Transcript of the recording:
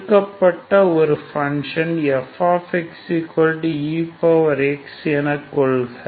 கொடுக்கப்பட்ட ஒரு function fxex என கொள்க